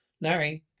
Larry